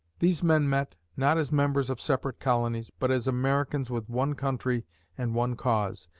these men met, not as members of separate colonies, but as americans with one country and one cause.